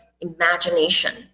imagination